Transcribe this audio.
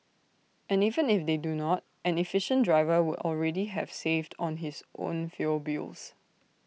and even if they do not an efficient driver would already have saved on his own fuel bills